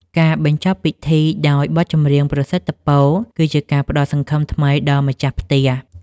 ការបញ្ចប់ពិធីដោយបទចម្រៀងប្រសិទ្ធពរ គឺជាការផ្ដល់សង្ឃឹមថ្មីដល់ម្ចាស់ផ្ទះ។